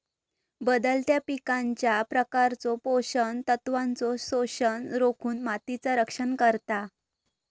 बदलत्या पिकांच्या प्रकारचो पोषण तत्वांचो शोषण रोखुन मातीचा रक्षण करता